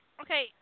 Okay